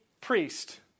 priest